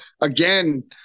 again